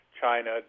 China